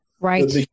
Right